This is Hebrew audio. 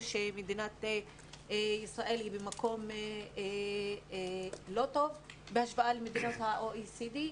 שמדינת ישראל היא במקום לא טוב בהשוואה למדינות ה-OECD,